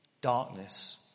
Darkness